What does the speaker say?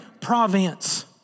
province